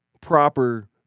proper